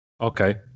Okay